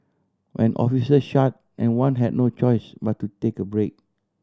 when officer shut and one had no choice but to take a break